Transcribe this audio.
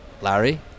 Larry